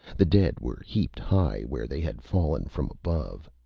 the dead were heaped high where they had fallen from above.